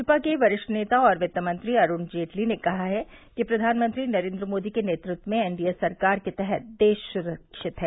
भाजपा के वरिष्ठ नेता और वित्त मंत्री अरूण जेटली ने कहा है कि प्रधानमंत्री नरेन्द्र मोदी के नेतृत्व में एनडीए सरकार के तहत देश सुरक्षित है